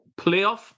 playoff